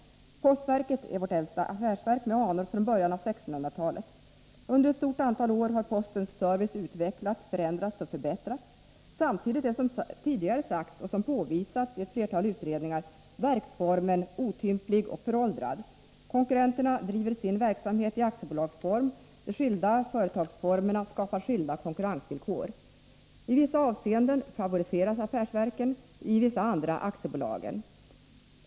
Postverket är vårt äldsta affärsverk, med anor från början av 1600-talet. Under ett stort antal år har postens service utvecklats, förändrats och förbättrats. Samtidigt är verksformen otymplig och föråldrad, som tidigare sagts och som påvisats i ett flertal utredningar. Konkurrenterna driver sin verksamhet i aktiebolagsform. De skilda företagsformerna skapar skilda konkurrensvillkor. I vissa avseenden favoriseras affärsverken, i vissa andra aktiebolagen.